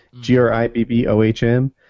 G-R-I-B-B-O-H-M